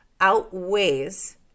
outweighs